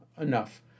enough